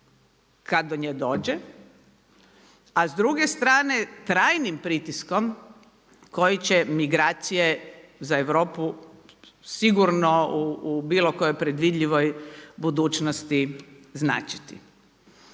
kad do nje dođe, a s druge strane trajnim pritiskom koji će migracije za Europu sigurno u bilo kojoj predvidljivoj budućnosti značiti.